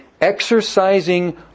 exercising